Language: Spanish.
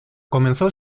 comenzó